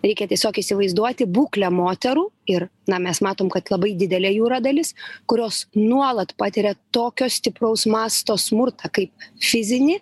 reikia tiesiog įsivaizduoti būklę moterų ir na mes matom kad labai didelė jų yra dalis kurios nuolat patiria tokio stipraus masto smurtą kai fizinį